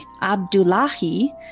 Abdullahi